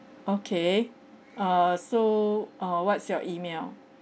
okay err so uh what's your email